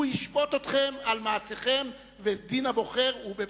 הוא ישפוט אתכם על מעשיכם ודין הבוחר הוא בבחירות.